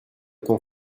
ton